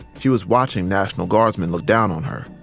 she was watching national guardsmen look down on her.